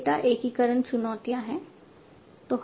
data एकीकरण चुनौतियां हैं